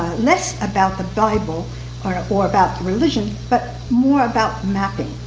less about the bible or ah or about religion but more about mapping.